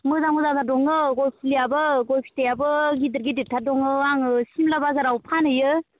मोजां मोजांथार दङ गय फुलियाबो गय फिथाइआबो गिदिद गिदिदथार दङ आङो सिमला बाजाराव फानहैयो